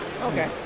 Okay